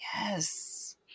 yes